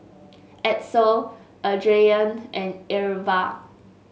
Edsel Adriane and Irva